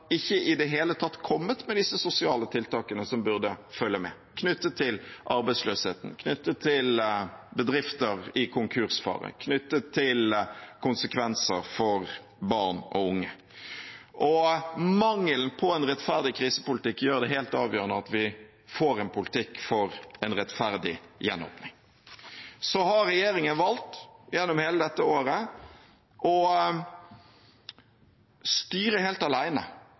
ikke i det hele tatt kommet med disse sosiale tiltakene som burde følge med – knyttet til arbeidsløsheten, knyttet til bedrifter i konkursfare, knyttet til konsekvenser for barn og unge. Og mangelen på en rettferdig krisepolitikk gjør det helt avgjørende at vi får en politikk for en rettferdig gjenåpning. Regjeringen har valgt, gjennom hele dette året, å styre helt